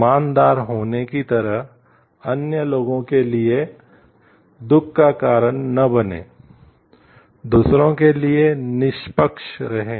ईमानदार होने की तरह अन्य लोगों के लिए दुख का कारण न बनें दूसरों के लिए निष्पक्ष रहें